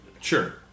Sure